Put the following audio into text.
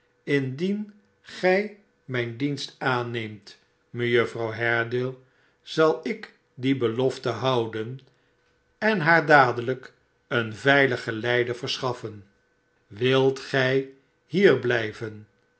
indien gij mijn dienst aanneemt mejuffer haredale zal ik die belofte houden en haar dadelijk een veilig geleide verschaffen wilt gij hier blijven